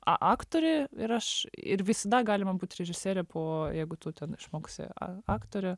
aktorė ir aš ir visada galima būti režisierė po jeigu tu ten išmoksi aktorė